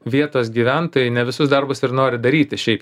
vietos gyventojai ne visus darbus ir nori daryti šiaip